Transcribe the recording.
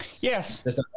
Yes